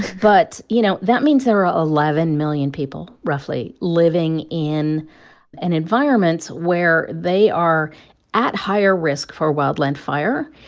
but, you know, that means there are eleven million people, roughly, living in an environment where they are at higher risk for wildland fire,